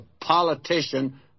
politician